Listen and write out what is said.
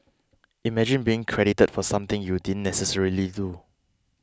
imagine being credited for something you didn't necessarily do